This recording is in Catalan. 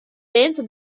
temps